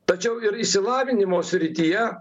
tačiau ir išsilavinimo srityje